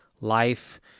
life